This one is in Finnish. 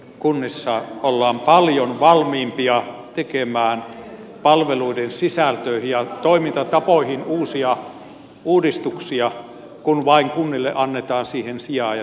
kunnissa ollaan paljon valmiimpia tekemään palveluiden sisältöihin ja toimintatapoihin uusia uudistuksia kun vain kunnille annetaan siihen sijaa ja tilaa